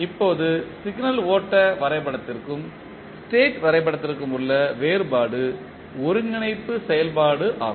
இப்போது சிக்னல் ஓட்ட வரைபடத்திற்கும் ஸ்டேட் வரைபடத்திற்கும் உள்ள வேறுபாடு ஒருங்கிணைப்பு செயல்பாடு ஆகும்